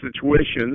situations